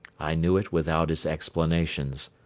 i knew it without his explanations.